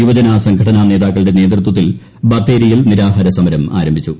യുവജന സംഘടന നേതാക്കളുടെ നേതൃത്വത്തിൽ ബത്തേരിയിൽ നിരാഹാര സമരം ആരംഭിച്ചു